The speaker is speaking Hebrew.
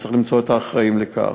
וצריך למצוא את האחראים לכך.